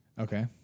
Okay